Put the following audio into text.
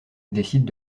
décident